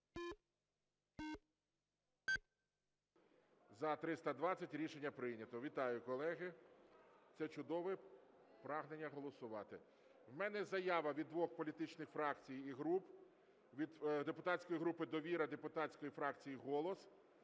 За-320 Рішення прийнято. Вітаю, колеги! Це чудове прагнення голосувати. В мене заява від двох політичних фракцій і груп: від депутатської групи "Довіра", депутатської фракції "Голос"